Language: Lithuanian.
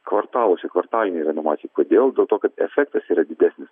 kvartaluose kvartalinei renovacijai kodėl dėl to kad efektas yra didesnis